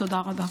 תודה רבה.